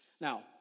Now